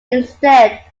instead